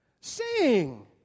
sing